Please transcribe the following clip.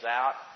out